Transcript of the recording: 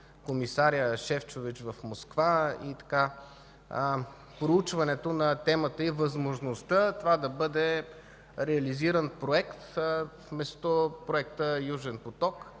комисаря Шефчович в Москва и проучването на темата и възможността това да бъде реализиран проект вместо Проекта „Южен поток”.